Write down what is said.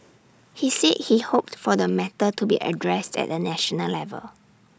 he said he hoped for the matter to be addressed at A national level